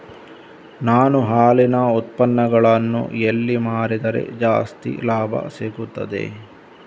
ನಾನು ಹಾಲಿನ ಉತ್ಪನ್ನಗಳನ್ನು ಎಲ್ಲಿ ಮಾರಿದರೆ ಜಾಸ್ತಿ ಲಾಭ ಸಿಗುತ್ತದೆ?